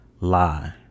Lie